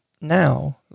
now